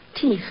Teeth